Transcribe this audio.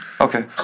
Okay